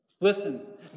Listen